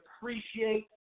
appreciate